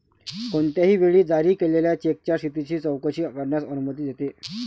कोणत्याही वेळी जारी केलेल्या चेकच्या स्थितीची चौकशी करण्यास अनुमती देते